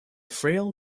frail